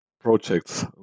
projects